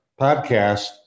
podcast